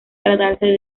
tratarse